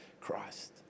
Christ